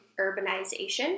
urbanization